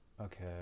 Okay